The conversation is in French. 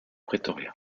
pretoria